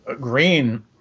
green